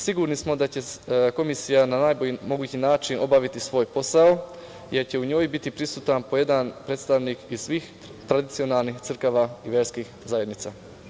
Sigurni smo da će Komisija na najbolji mogući način obaviti svoj posao jer će u njoj biti prisutan po jedan predstavnik iz svih tradicionalnih crkava i verskih zajednica.